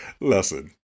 lesson